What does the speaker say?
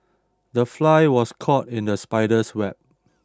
the fly was caught in the spider's web